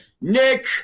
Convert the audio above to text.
Nick